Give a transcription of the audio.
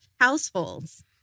households